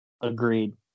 Agreed